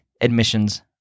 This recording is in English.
admissions